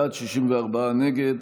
64 בעד, 64 נגד.